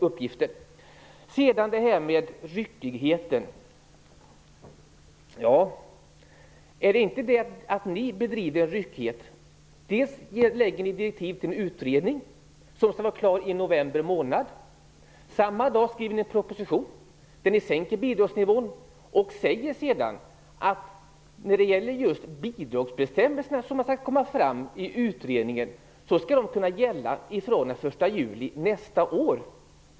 Vad sedan gäller ryckigheten undrar jag om det inte är ni som står för den. Ni utfärdar direktiv till en utredning som skall vara klar i november månad. Samma dag skriver ni en proposition där ni föreslår sänkning av bidragsnivån. Sedan säger ni att de bidragsbestämmelser som skall utarbetas i utredningen skall kunna gälla fr.o.m. den 1 juli nästa år.